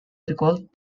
recalled